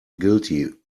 guilty